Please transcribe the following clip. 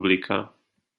republika